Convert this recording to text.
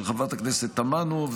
של חברת הכנסת תמנו,